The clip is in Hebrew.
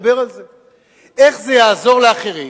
איך זה יעזור לאחרים,